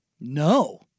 No